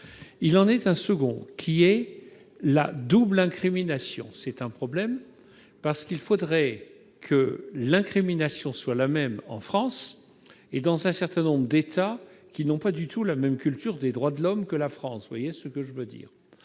Un autre verrou est la double incrimination. C'est un problème, parce qu'il faudrait que l'incrimination soit la même en France et dans un certain nombre d'États qui n'ont pas du tout la même culture des droits de l'homme que notre pays. Je note toutefois